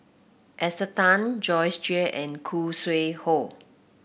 Esther Tan Joyce Jue and Khoo Sui Hoe